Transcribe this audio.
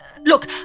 Look